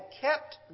kept